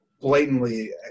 blatantly